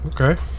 Okay